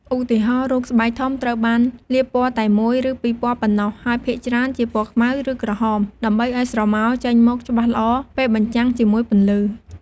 ឧទាហរណ៍ រូបស្បែកធំត្រូវបានលាបពណ៌តែមួយ ឬពីរពណ៌ប៉ុណ្ណោះ ហើយភាគច្រើនជាពណ៌ខ្មៅ ឬក្រហម ដើម្បីឲ្យស្រមោលចេញមកច្បាស់ល្អពេលបញ្ចាំងជាមួយពន្លឺ។